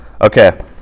Okay